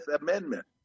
Amendment